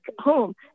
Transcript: home